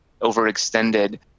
overextended